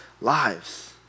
lives